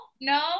no